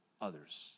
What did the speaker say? others